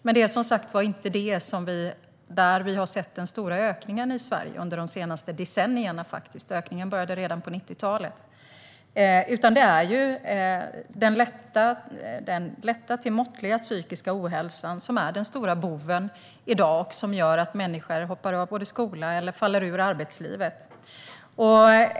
Men det är som sagt inte där vi har sett den stora ökningen i Sverige under de senaste decennierna - ökningen började redan på 90-talet - utan det är den lätta till måttliga psykiska ohälsan som är den stora boven i dag och som gör att människor hoppar av skolan eller faller ur arbetslivet.